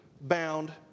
bound